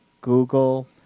Google